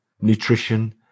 nutrition